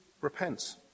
repent